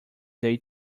they